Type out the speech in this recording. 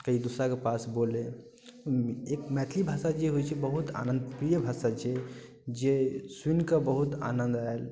कहीं दूसराके पास बोलै एक मैथिली भाषा जे होइ छै बहुत आनन्दप्रिय भाषा छै जे सुनिके बहुत आनन्द आयल